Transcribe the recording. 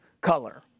color